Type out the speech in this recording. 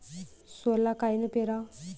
सोला कायनं पेराव?